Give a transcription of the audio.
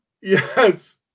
Yes